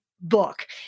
book